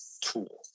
tool